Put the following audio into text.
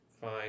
fine